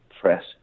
press